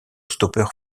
stoppeur